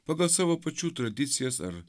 pagal savo pačių tradicijas ar